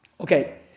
Okay